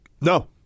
No